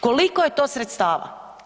Koliko je to sredstava?